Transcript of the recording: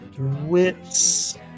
Wits